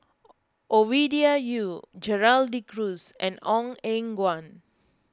Ovidia Yu Gerald De Cruz and Ong Eng Guan